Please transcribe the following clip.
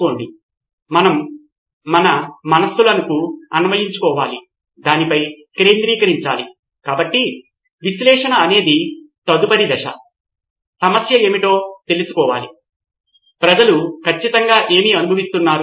కాబట్టి మొదట మేము అందరి విద్యార్థులకు అవసరమైన భాగాన్ని సిద్ధం చేయడానికి తక్కువ సమయం కేటాయించి ప్రారంభించాలనుకుంటున్నాము లేదా అతని తోటివారి నుండి అడగడానికి ఇష్టపడే విద్యార్థులు నోట్స్లను ప్రాథమికంగా సిద్ధం చేయడానికి తక్కువ సమయం అవసరమవుతుంది